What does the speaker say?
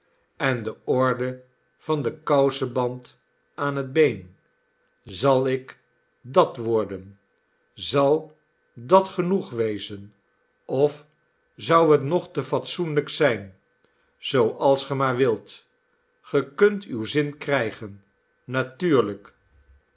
en de orde van den kouseband aan het been zal ik dat worden zal dat genoeg wezen of zou het nog te fatsoenlijk zijn zooals ge maar wilt ge kunt uw zin krijgen natuurlijk